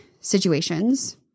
situations